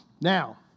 Now